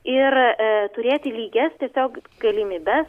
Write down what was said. ir turėti lygias tiesiog galimybes